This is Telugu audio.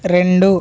రెండు